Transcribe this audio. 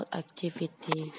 activity